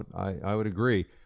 i would agree.